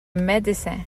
médecin